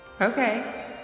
Okay